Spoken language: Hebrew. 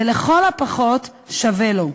או לכל הפחות שווה לו.